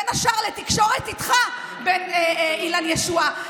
בין השאר לתקשורת איתך, עם אילן ישועה.